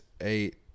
eight